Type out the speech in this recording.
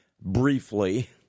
briefly